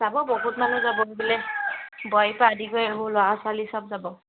যাব বহুত মানুহ যাব সেইফালে বোৱাৰীৰ পৰা আদি কৰি এইবোৰ ল'ৰা ছোৱালী সব যাব